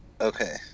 Okay